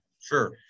Sure